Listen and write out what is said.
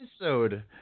episode